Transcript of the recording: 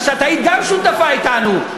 כי גם את היית שותפה אתנו,